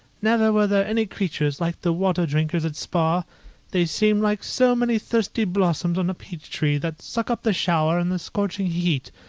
never were there any creatures like the water-drinkers at spa they seem like so many thirsty blossoms on a peach-tree, that suck up the shower in the scorching heat.